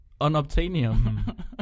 Unobtainium